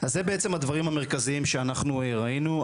אז זה בעצם הדברים המרכזיים שאנחנו ראינו.